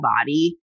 body